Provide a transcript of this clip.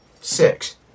Six